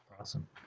Awesome